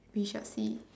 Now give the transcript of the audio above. we shall see